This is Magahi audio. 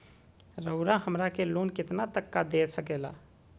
रउरा हमरा के लोन कितना तक का दे सकेला?